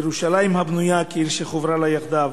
ירושלם הבנויה כעיר שחֻבּרה לה יחדו".